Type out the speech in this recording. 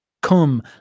Come